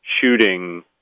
shooting